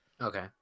okay